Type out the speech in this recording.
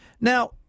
Now